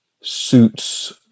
suits